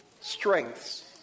Strengths